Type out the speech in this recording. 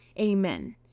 amen